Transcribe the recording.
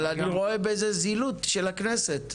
אבל אני רואה בזה זילות של הכנסת,